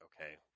okay